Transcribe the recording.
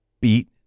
beat